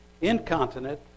incontinent